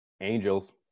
Angels